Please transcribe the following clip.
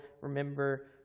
remember